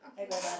and we're done